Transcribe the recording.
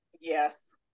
yes